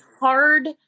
hard